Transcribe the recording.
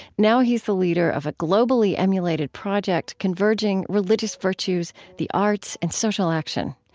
now he's the leader of a globally-emulated project converging religious virtues, the arts, and social action.